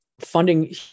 funding